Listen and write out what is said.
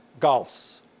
golfs